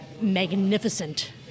magnificent